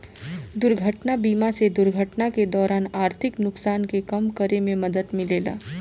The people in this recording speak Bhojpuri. दुर्घटना बीमा से दुर्घटना के दौरान आर्थिक नुकसान के कम करे में मदद मिलेला